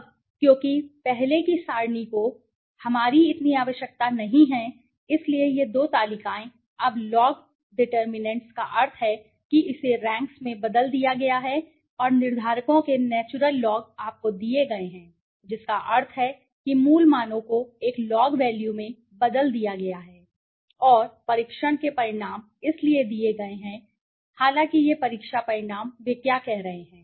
अब क्योंकि पहले की सारणी को हमारी इतनी आवश्यकता नहीं है इसलिए यह दो तालिकाएँ अब लॉग डेटर्मिनेंटस का अर्थ है कि इसे रैंक्स में बदल दिया गया है और निर्धारकों के नैचुरल लॉग आपको दिए गए हैं जिसका अर्थ है कि मूल मानों को एक लॉग वैल्यूlog valueमें बदल दिया गया है और परीक्षण के परिणाम इसलिए दिए गए हैं हालांकि यह परीक्षा परिणाम वे क्या कह रहे हैं